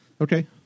Okay